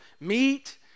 meat